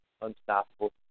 unstoppable